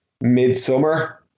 midsummer